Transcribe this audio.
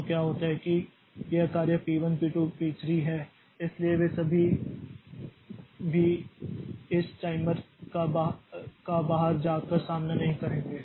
तो क्या होता है कि यह कार्य पी 1 पी 2 पी 3 है इसलिए वे कभी भी इस टाइमर का बाहर जा कर सामना नहीं करेंगे